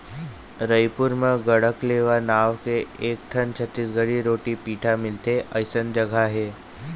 रइपुर म गढ़कलेवा नांव के एकठन छत्तीसगढ़ी रोटी पिठा मिलथे अइसन जघा हे